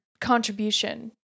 contribution